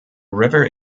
river